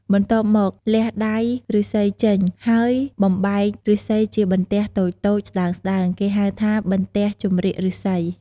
បន្ទាប់មក លះដៃឫស្សីចេញ ហើយបំបែកឫស្សីជាបន្ទះតូចៗស្ដើងៗ គេហៅថា បន្ទះចម្រៀកឫស្សី ។